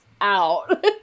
out